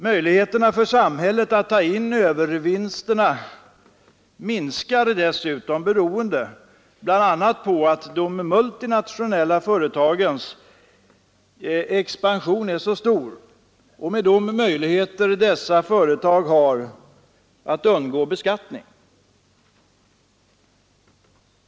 Möjligheterna för samhället att ta in övervinsterna har dessutom minskat, bl.a. beroende på att de multinationella företagens expansion är mycket stor och på dessa företags möjligheter att undgå beskattning.